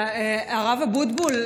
הרב אבוטבול,